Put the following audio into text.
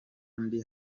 ndi